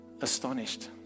astonished